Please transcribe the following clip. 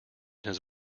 his